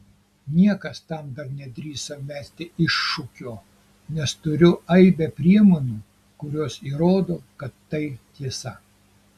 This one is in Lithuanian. niekas tam dar nedrįso mesti iššūkio nes turiu aibę priemonių kurios įrodo kad tai tiesa